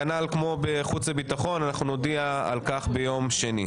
כנ"ל כמו בחוץ וביטחון אנחנו נודיע על כך ביום שני.